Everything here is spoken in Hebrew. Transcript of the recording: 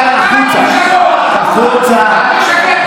רבותיי,